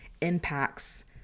impacts